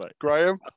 Graham